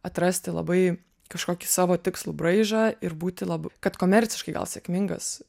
atrasti labai kažkokį savo tikslų braižą ir būti labiau kad komerciškai gal sėkmingas